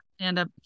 stand-up